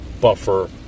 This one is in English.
buffer